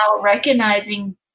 recognizing